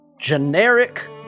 Generic